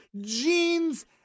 jeans